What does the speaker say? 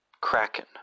Kraken